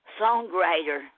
songwriter